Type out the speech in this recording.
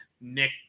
Nick